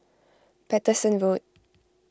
Paterson Road